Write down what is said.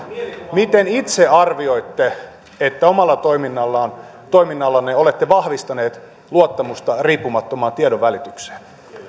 miten itse arvioitte että omalla toiminnallanne toiminnallanne olette vahvistaneet luottamusta riippumattomaan tiedonvälitykseen